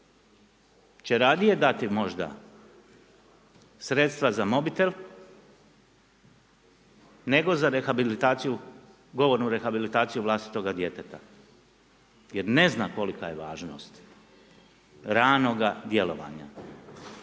će radije dati možda sredstva za mobitel nego za rehabilitaciju govornu rehabilitaciju vlastitoga djeteta, jer ne zna kolika je važnost ranoga djelovanja